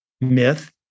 myth